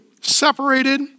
Separated